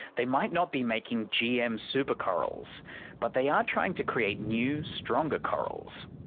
they might not be making gm super corals but they are trying to create new, stronger corals.